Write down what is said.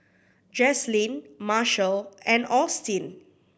Jaslyn Marshall and Austin